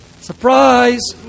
Surprise